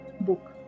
book